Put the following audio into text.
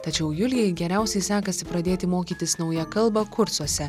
tačiau julijai geriausiai sekasi pradėti mokytis naują kalbą kursuose